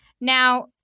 Now